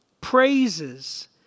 praises